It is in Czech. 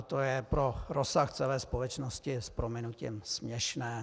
To je pro rozsah celé společnosti s prominutím směšné.